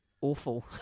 awful